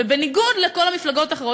ובניגוד לכל המפלגות האחרות,